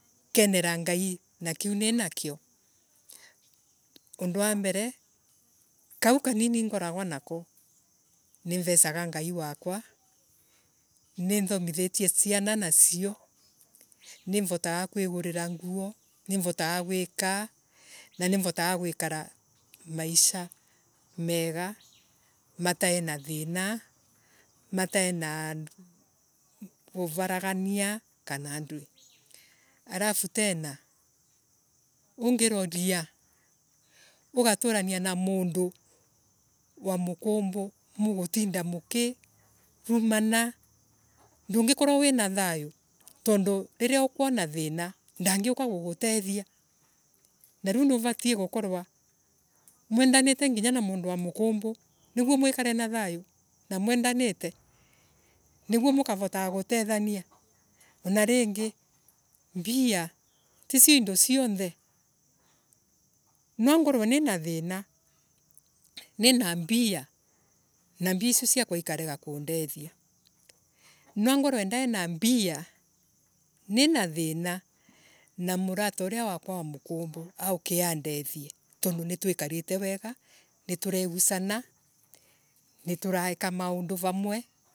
Gukenera ngai na kiu ninakio. Undu wa mberee kiu kanini ngoragua nako nimvesaga ngai wakwa nithomithetie ciana nacio nimvotaga kuigurira nguo nimvotaga guika na nimvotaga maisha mega mataina thina matainaa uvaragania kana nduii. Arafu tena ungiroria ugaturania na mundu wa mukumbu mugutura mukirumana ndungikorua wina thayu tondu ririaa ukuona thiina ndangiuka gugutehtia na riu niuvatie gukorwa mwendanite na mundu wa mukumbu niguo mwikare na thayu na mwendanite. Niguo mukavotaga gutethania. Na ringi mbia ticio indo cionthe. Nwangirwe nina thina nina mbia na mbia icio ciakwa ikarega kundeithia. Nwangorwe ndaina mbia nina thina na murata uria wakwa wa mukumbu auke andethie tondu nitwikarite wega nituregucara nituraika maundu vamwe